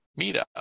meetup